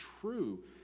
true